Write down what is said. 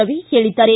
ರವಿ ಹೇಳಿದ್ದಾರೆ